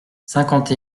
cinquante